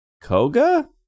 Koga